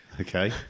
okay